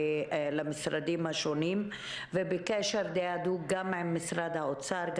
למשרדים השונים ובקשר די הדוק גם עם משרד האוצר.